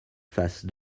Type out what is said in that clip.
face